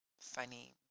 funny